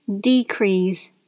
Decrease